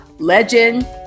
Legend